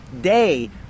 day